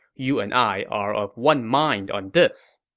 you and i are of one mind on this.